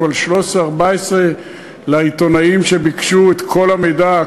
ל-2013 2014 לעיתונאים שביקשו את כל המידע.